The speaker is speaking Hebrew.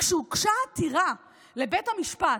כשהוגשה העתירה לבית המשפט,